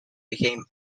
became